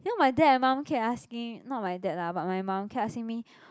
you know my dad and mum kept asking not my dad lah but my mum kept asking me